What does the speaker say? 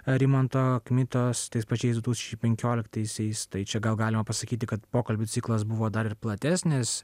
rimanto kmitos tais pačiais du tūkstančiai penkioliktaisiais tai čia gal galima pasakyti kad pokalbių ciklas buvo dar ir platesnis